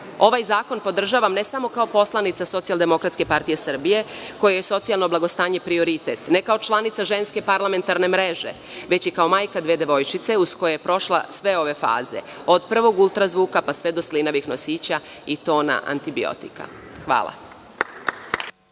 zakon podržavam ne samo kao poslanica SDPS kojoj je socijalno blagostanje prioritet, ne kao članica Ženske parlamentarne mreže, već i kao majka dve devojčice uz koje je prošla sve ove faze, od prvog ultra zvuka, pa sve do slinavih nosića i tona antibiotika. Hvala.